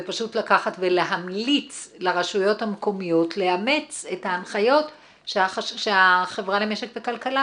ופשוט לקחת ולהמליץ לרשויות המקומיות לאמץ את ההנחיות שהחברה למשק וכלכלה